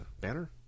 banner